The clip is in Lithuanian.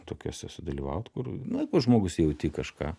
tokiuose sudalyvaut kur na jeigu žmogus jauti kažką